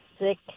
sick